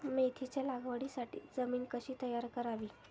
मेथीच्या लागवडीसाठी जमीन कशी तयार करावी?